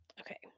okay